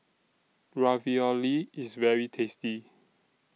Ravioli IS very tasty